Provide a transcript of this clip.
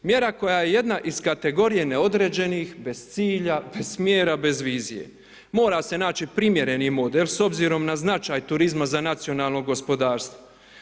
Mjera koja je jedna iz kategorije neodređenih, bez cilja, bez smjera, bez vizije. mora se naći primjerni model s obzirom na značaj turizam za nacionalno gospodarstvo.